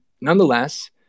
nonetheless